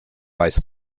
weißt